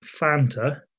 Fanta